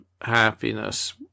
happiness